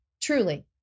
Truly